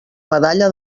medalla